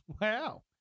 Wow